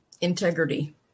Integrity